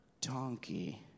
donkey